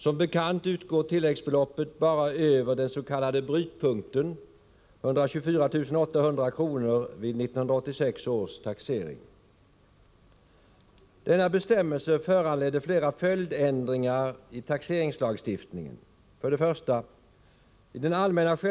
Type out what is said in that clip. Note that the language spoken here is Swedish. Som bekant utgår tilläggsbeloppet bara över den s.k. brytpunkten — 124 800 kr.